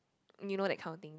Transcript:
you know that kind of thing